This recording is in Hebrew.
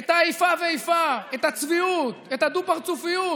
את האיפה ואיפה, את הצביעות, את הדו-פרצופיות.